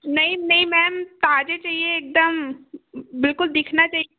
नहीं नहीं मैम ताज़े चाहिए एकदम बिल्कुल दिखना चाहिए